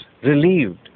relieved